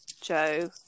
Joe